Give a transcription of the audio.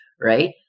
right